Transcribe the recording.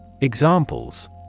Examples